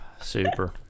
Super